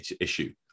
issue